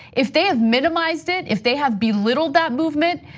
if they have minimized it, if they have belittled that movement,